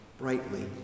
brightly